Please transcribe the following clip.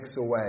away